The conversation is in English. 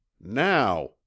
Now